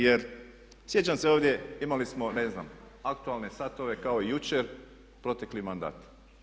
Jer sjećam se ovdje, imali smo, ne znam, aktualne satove kao jučer protekli mandat.